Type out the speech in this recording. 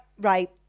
Right